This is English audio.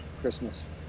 christmas